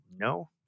No